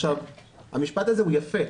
המשפט הזה הוא יפה,